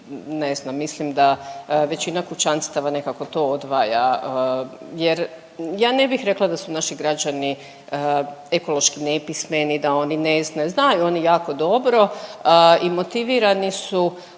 ne znam, mislim da većina kućanstava nekako to odvaja jer ja ne bih rekla da su naši građani ekološki nepismeni, da oni ne znaju. Znaju oni jako dobro i motivirani su